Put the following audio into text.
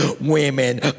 women